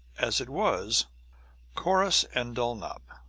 as it was corrus and dulnop,